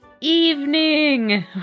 evening